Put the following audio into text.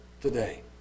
today